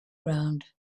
ground